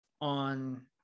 on